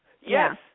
Yes